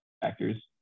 factors